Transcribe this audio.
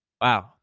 Wow